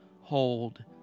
hold